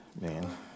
man